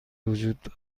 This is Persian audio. وجود